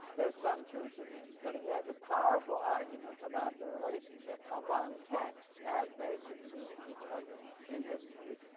there is some truth in this, but he has a powerful argument about the relationship among texts as they succeed each other in history.